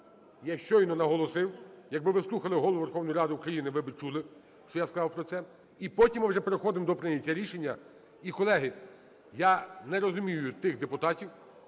я щойно наголосив, якби ви слухали Голову Верховної Ради України, ви би чули, що я сказав про це. І потім ми вже переходимо до прийняття рішення. І, колеги, я не розумію тих депутатів,